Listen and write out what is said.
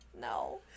No